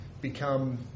become